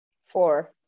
four